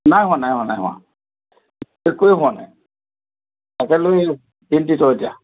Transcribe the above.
নাই হোৱা নাই হোৱা নাই হোৱা একোৱে হোৱা নাই তাকে লৈ চিন্তিত এতিয়া